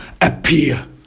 appear